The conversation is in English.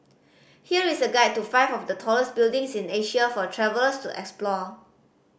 here is a guide to five of the tallest buildings in Asia for travellers to explore